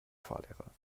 fahrlehrer